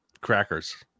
crackers